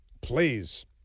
Please